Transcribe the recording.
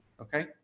okay